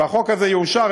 והחוק הזה יאושר,